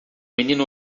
menino